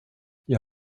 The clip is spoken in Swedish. jag